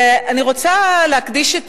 אני רוצה להקדיש את